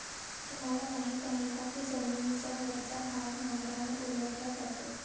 तुम्हाला माहीत आहे का की जमिनीचा वरचा भाग नांगराने उलटला जातो?